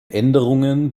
änderungen